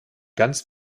ganz